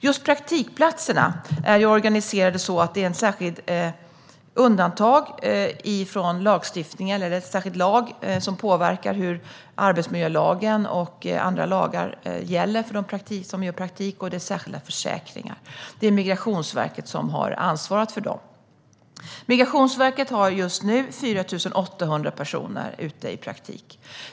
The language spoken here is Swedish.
Just praktikplatserna är organiserade så att det är en särskild lag som påverkar hur arbetsmiljölagen och andra lagar gäller för dem som gör praktik, och det är särskilda försäkringar som gäller. Det är Migrationsverket som har ansvaret för detta. Migrationsverket har just nu 4 800 personer ute i praktik.